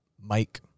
Mike